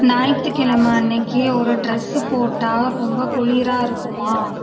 ஞாயிற்று கிழமை அன்னிக்கு ஒரு டிரெஸ்ஸு போட்டால் ரொம்ப குளிராக இருக்குமா